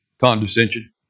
condescension